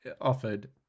offered